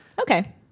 Okay